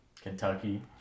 Kentucky